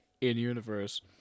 In-universe